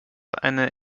einer